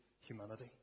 humanity